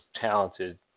talented